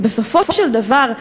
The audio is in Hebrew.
ובסופו של דבר,